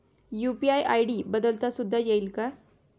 UPI ID बदलता सुद्धा येईल का?